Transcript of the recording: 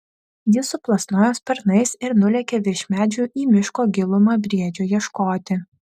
jis suplasnojo sparnais ir nulėkė virš medžių į miško gilumą briedžio ieškoti